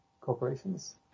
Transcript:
corporations